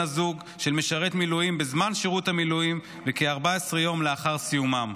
הזוג של משרת מילואים בזמן שירות המילואים ו-14 יום לאחר סיומם.